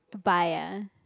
buy ah